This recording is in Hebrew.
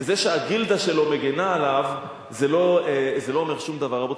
וזה שהגילדה שלו מגינה עליו, זה לא אומר שום דבר.